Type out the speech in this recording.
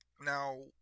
now